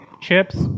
chips